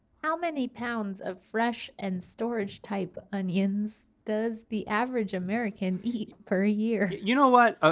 how many pounds of fresh and storage-type onions does the average american eat per year? you know what? ah